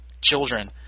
children